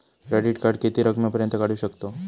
Credit card किती रकमेपर्यंत काढू शकतव?